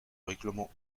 règlement